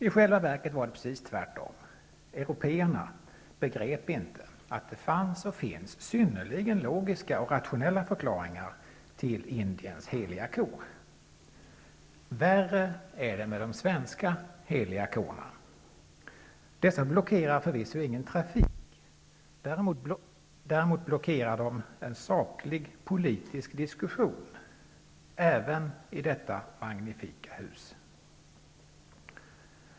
I själva verket var det precis tvärtom -- européerna begrep inte att det fanns och finns synnerligen logiska och rationella förklaringar till Indiens heliga kor. Värre är det med de svenska heliga korna! Dessa blockerar förvisso ingen trafik -- däremot blockerar de en saklig politisk diskussion även i detta magnifika hus.